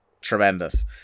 Tremendous